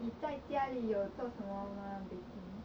你在家里有做什么 mah baking